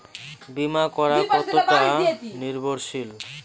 বীমা করা কতোটা নির্ভরশীল?